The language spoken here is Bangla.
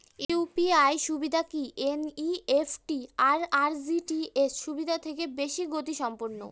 ইউ.পি.আই সুবিধা কি এন.ই.এফ.টি আর আর.টি.জি.এস সুবিধা থেকে বেশি গতিসম্পন্ন?